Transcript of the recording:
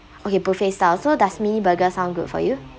okay buffet style so does mini burger sound good for you